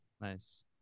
Nice